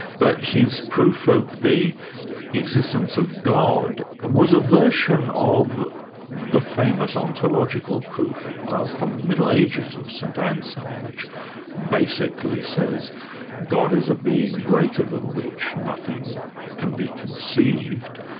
but his proof of the existence of god was a version of the famous ontological proof ah from from the middle ages of st anselm which basically says god is a being greater than which nothing can be conceived.